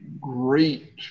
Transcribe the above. great